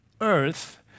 earth